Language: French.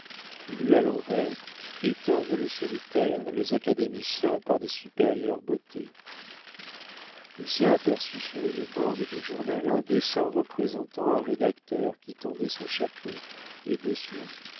lu à l'envers étonne le solitaire les académiciens par des supérieures beautés lucien aperçut sur une bande de journal un dessin représentant un rédacteur qui tendait son chapeau et dessous